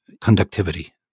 conductivity